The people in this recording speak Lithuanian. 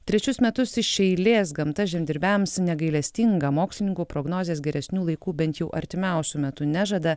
trečius metus iš eilės gamta žemdirbiams negailestinga mokslininkų prognozės geresnių laikų bent jau artimiausiu metu nežada